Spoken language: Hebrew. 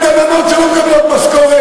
מה את עושה עם הגננות שלא מקבלות משכורת,